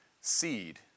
seed